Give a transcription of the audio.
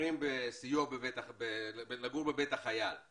שבוחרים לגור בבית החייל,